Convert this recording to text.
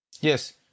Yes